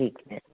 ਠੀਕ ਹੈ